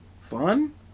fun